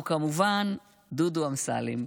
והוא כמובן דודו אמסלם,